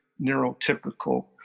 neurotypical